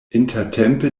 intertempe